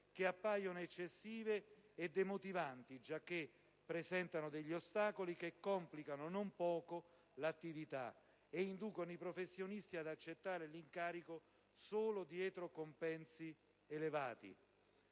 che appaiono eccessive e demotivanti giacché presentano degli ostacoli che complicano non poco l'attività e inducono i professionisti ad accettare l'incarico solo dietro compensi elevati.